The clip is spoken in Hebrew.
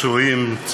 פצועים,